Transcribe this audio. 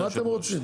מה אתם רוצים?